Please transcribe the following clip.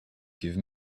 give